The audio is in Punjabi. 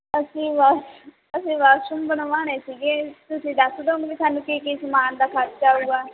ਅਸੀਂ ਵਾਸ਼ ਅਸੀਂ ਵਾਸ਼ਰੂਮ ਬਣਵਾਉਣੇ ਸੀਗੇ ਤੁਸੀਂ ਦੱਸ ਦਿਓ ਵੀ ਸਾਨੂੰ ਕੀ ਕੀ ਸਮਾਨ ਦਾ ਖਰਚਾ ਆਊਗਾ